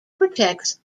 protects